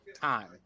time